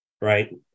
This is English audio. right